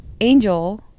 angel